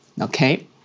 Okay